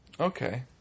okay